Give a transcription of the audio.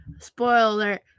Spoiler